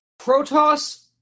Protoss